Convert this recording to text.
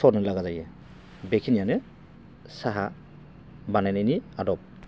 सरनो लागा जायो बेखिनियानो साहा बानायनायनि आदब